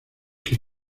que